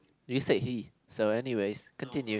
you said he so anyway continue